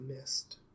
mist